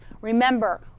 Remember